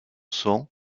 son